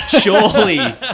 Surely